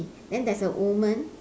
then there's a woman